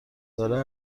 داره